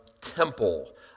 temple